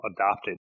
adopted